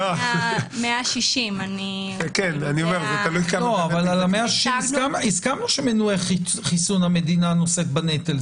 לפי 160,000. אבל הסכמנו שבמנועי חיסון המדינה נושאת בנטל,